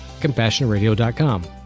CompassionRadio.com